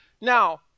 Now